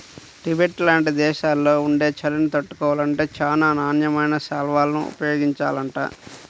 Tibet లాంటి దేశాల్లో ఉండే చలిని తట్టుకోవాలంటే చానా నాణ్యమైన శాల్వాలను ఉపయోగించాలంట